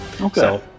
Okay